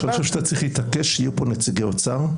אני חושב שאתה צריך להתעקש שיהיו פה נציגי האוצר,